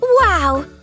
Wow